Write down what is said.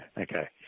okay